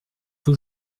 que